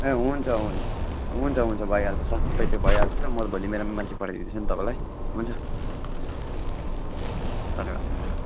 ए हुन्छ हुन्छ हुन्छ हुन्छ भइहाल्छ सबै त्यो भइहाल्छ म भोलि मेरो मान्छे पठाइदिँदैछु तपाईँलाई हुन्छ धन्यवाद